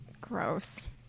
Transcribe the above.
gross